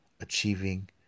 Achieving